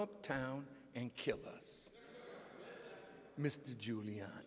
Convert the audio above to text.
up town and kill us mr giuliani